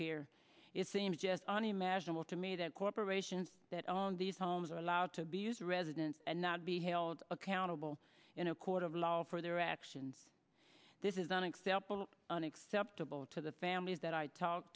care it seems jesani imaginable to me that corporations that own these homes are allowed to be used residence and not be held accountable in a court of law for their actions this is an example unacceptable to the families that i talk